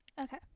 okay